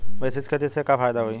मिश्रित खेती से का फायदा होई?